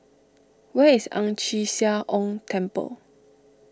where is Ang Chee Sia Ong Temple